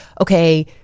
okay